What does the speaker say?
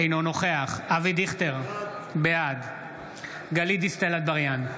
אינו נוכח אבי דיכטר, בעד גלית דיסטל אטבריאן,